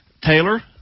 taylor